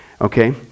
Okay